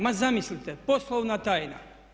Ma zamislite, poslovna tajna!